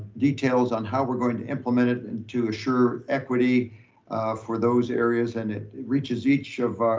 details on how we're going to implement it and to assure equity for those areas. and it reaches each of